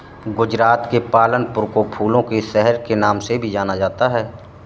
गुजरात के पालनपुर को फूलों के शहर के नाम से भी जाना जाता है